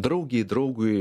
draugei draugui